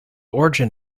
origin